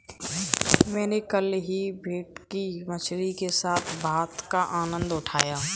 मैंने कल ही भेटकी मछली के साथ भात का आनंद उठाया